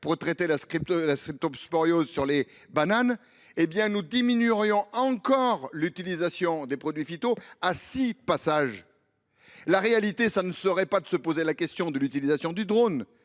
pour traiter la cercosporiose des bananes, nous diminuerions encore l’utilisation des produits phyto à six passages. Il faudrait ne pas se poser la question de l’utilisation du drone